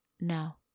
No